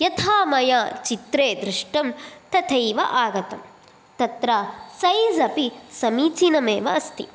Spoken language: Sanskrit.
यथा मया चित्रे दृष्टं तथैव आगतं तत्र सैज़् अपि समीचिनमेव अस्ति